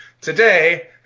Today